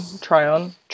Tryon